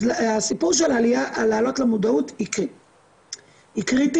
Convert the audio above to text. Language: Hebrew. הסיפור של להעלות למודעות הוא קריטי.